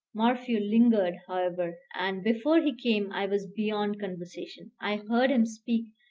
morphew lingered, however, and, before he came, i was beyond conversation. i heard him speak,